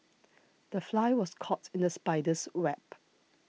the fly was caught in the spider's web